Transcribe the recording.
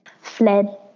fled